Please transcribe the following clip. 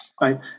Right